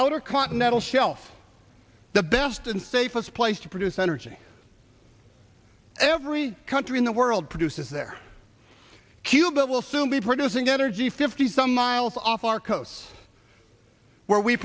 outer continental shelf the best and safest place to produce energy every country in the world produces there cubit will soon be producing energy fifty some miles off our coast where we